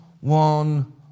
one